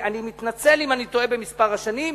אני מתנצל אם אני טועה במספר השנים,